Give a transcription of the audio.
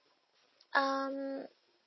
um